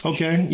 Okay